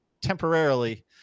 temporarily